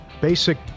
Basic